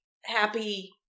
happy